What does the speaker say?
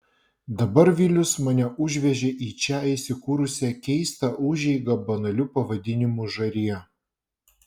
dabar vilius mane užvežė į čia įsikūrusią keistą užeigą banaliu pavadinimu žarija